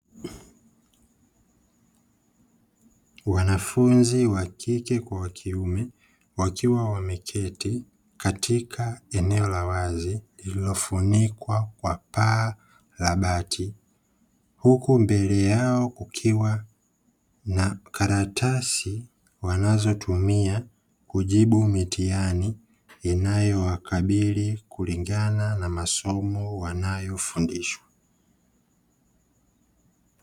Wanafunzi wa kike kwa wa kiume wakiwa wameketi katika eneo la wazi lililofunikwa kwa paa la bati, huku mbele yao kukiwa na karatasi wanazotumia kujibu mitihani inayowakabili kulingana na masomo wanayofundishwa.